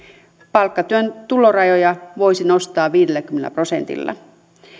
palkkatyön tulorajoja voisi nostaa viidelläkymmenellä prosentilla